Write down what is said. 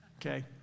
okay